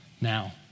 Now